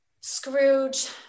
Scrooge